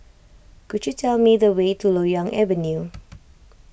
could you tell me the way to Loyang Avenue